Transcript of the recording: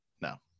no